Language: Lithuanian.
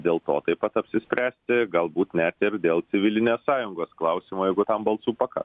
dėl to taip pat apsispręsti galbūt net ir dėl civilinės sąjungos klausimo jeigu tam balsų pakaks